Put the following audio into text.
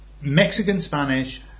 Mexican-Spanish